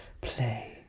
Play